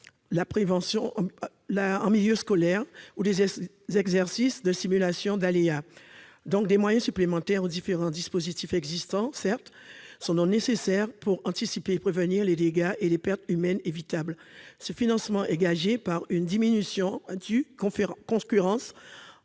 la prévention en milieu scolaire ou des exercices de simulation d'aléas. Des moyens supplémentaires aux différents dispositifs existants sont donc nécessaires pour anticiper et prévenir les dégâts et les pertes humaines évitables. Ce financement est gagé par une diminution à due concurrence